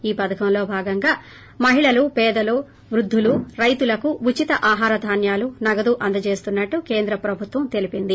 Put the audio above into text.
ఈ పథకంలో భాగంగా మహిళలు పేద వృద్దులు రైతులకు ఉచిత ఆహార ధాన్యాలు నగదు అందజేస్తున్నట్లు కేంద్ర ప్రభుత్వం తెలిపింది